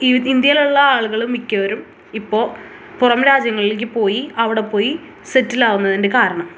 ഈ ഇന്ത്യയിലുള്ള ആളുകൾ മിക്കവരും ഇപ്പോൾ പുറം രാജ്യങ്ങളിലേക്ക് പോയി അവിടെ പോയി സെറ്റിലാകുന്നതിൻ്റെ കാരണം